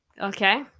okay